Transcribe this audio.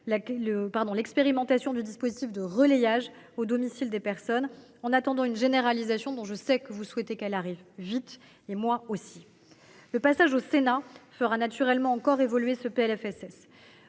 l’expérimentation du dispositif de relayage au domicile des personnes, en attendant une généralisation dont je sais que vous souhaitez qu’elle arrive rapidement – je le souhaite aussi. L’examen du PLFSS au Sénat fera naturellement encore évoluer le texte.